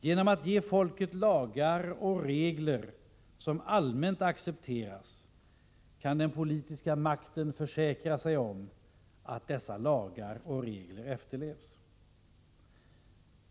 Genom att ge folket lagar och regler som allmänt accepteras kan den politiska makten försäkra sig om att dessa lagar och regler efterlevs.